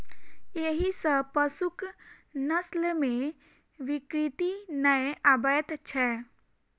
एहि सॅ पशुक नस्ल मे विकृति नै आबैत छै